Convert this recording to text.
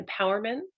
empowerment